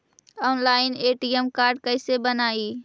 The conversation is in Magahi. ऑनलाइन ए.टी.एम कार्ड कैसे बनाई?